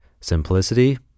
simplicity